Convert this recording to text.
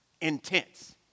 intense